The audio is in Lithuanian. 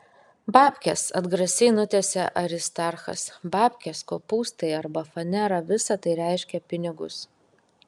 babkės atgrasiai nutęsė aristarchas babkės kopūstai arba fanera visa tai reiškia pinigus